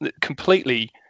completely